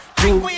drink